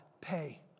pay